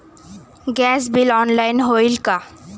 Gas bill online होईल का?